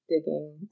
digging